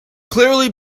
clearly